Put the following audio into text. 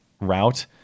route